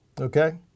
Okay